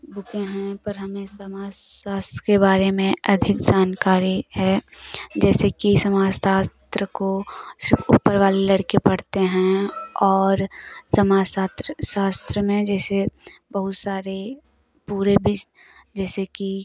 बुकें हैं पर हमें समाज शास्त्र के बारे में अधिक जानकारी है जैसे कि समाज शास्त्र को सिर्फ ऊपर वाले लड़के पढ़ते हैं और समाज सात्र शास्त्र में जैसे बहुत सारी पूरे विश्व जैसे कि